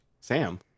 Sam